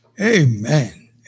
Amen